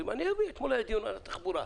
אתמול היה דיון על התחבורה.